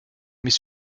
mais